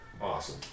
Awesome